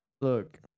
Look